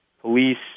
police